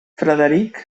frederic